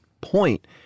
point